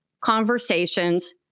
conversations